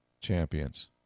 champions